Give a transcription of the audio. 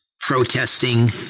protesting